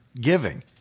giving